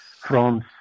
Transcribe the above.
France